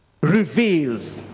reveals